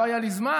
לא היה לי זמן,